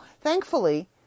thankfully